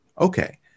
okay